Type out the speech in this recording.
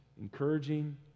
encouraging